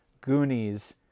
Goonies